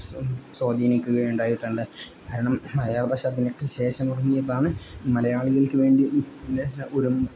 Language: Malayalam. സ്വാധീനിക്കുകയുണ്ടായിട്ടുണ്ട് കാരണം മലയാള ഭാഷ അതിനൊക്കെ ശേഷം തുടങ്ങിയതാണ് മലയാളികൾക്ക് വേണ്ടി ഒരു